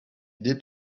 did